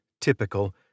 typical